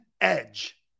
edge